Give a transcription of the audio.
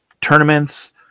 tournaments